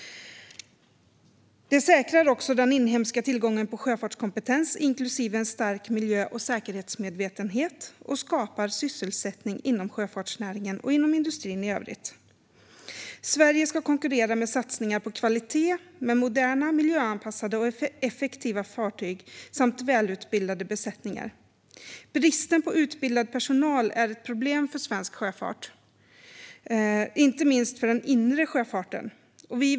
Det säkrar också den inhemska tillgången på sjöfartskompetens inklusive stark miljö och säkerhetsmedvetenhet och skapar sysselsättning inom sjöfartsnäringen och industrin i övrigt. Sverige ska konkurrera med satsningar på kvalitet med moderna, miljöanpassade och effektiva fartyg samt välutbildade besättningar. Bristen på utbildad personal är ett problem för svensk sjöfart, inte minst för den inre sjöfarten.